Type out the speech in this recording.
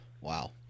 Wow